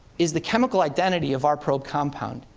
is the chemical identity of our pro compound.